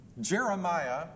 Jeremiah